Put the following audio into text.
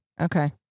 okay